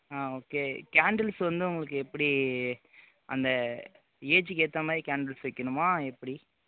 okay candles வந்து உங்களுக்கு எப்படி அந்த ஏஜுக்கு ஏற்ற மாதிரி கேண்டில்ஸ் வைக்கணுமா எப்படி